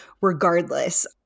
regardless